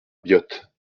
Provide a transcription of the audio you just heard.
biot